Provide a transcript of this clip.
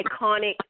iconic